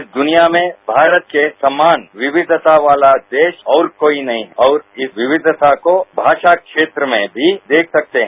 इस दृनिया में भारत के समान विविधता वाला देश और कोई नही और इस विविधता को भाषा क्षेत्र में भी देख सकते हैं